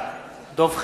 בעד דב חנין,